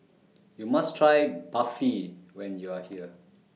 YOU must Try Barfi when YOU Are here